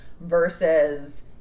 versus